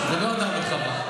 אלה לא אדם וחוה.